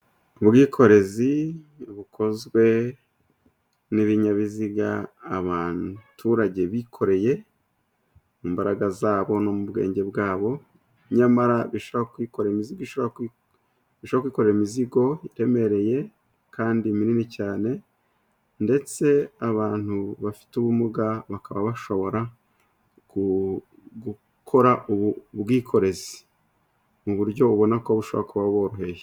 Ubwikorezi bukozwe n'ibinyabiziga abaturage bikoreye, imbaraga zabo no mu bwenge bwabo, nyamara bishobora kwikorera imizigo iremereye kandi minini cyane ,ndetse abantu bafite ubumuga bakaba bashobora gukora ubu bwikorezi ,mu buryo ubona ko bushobora kuba boroheye.